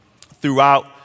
throughout